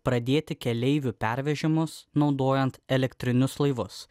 pradėti keleivių pervežimus naudojant elektrinius laivus